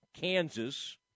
Kansas